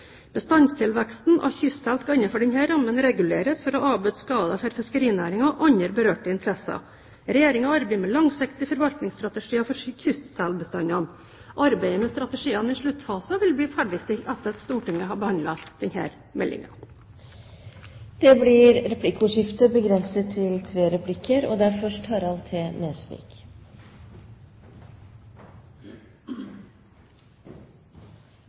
Bestandstilveksten av kystsel skal innenfor denne rammen reguleres for å avbøte skader for fiskerinæringen og andre berørte interesser. Regjeringen arbeider med langsiktige forvaltningsstrategier for kystselbestandene. Arbeidet med strategiene er i en sluttfase og vil bli ferdigstilt etter at Stortinget har behandlet denne meldingen. Det blir replikkordskifte. Statsråden viser i sitt innlegg til viktigheten av at vi opprettholder både tradisjonene og